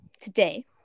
today